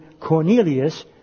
Cornelius